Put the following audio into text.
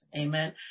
Amen